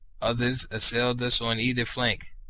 others assailed us on either flank,